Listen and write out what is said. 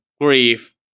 grief